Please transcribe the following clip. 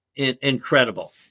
incredible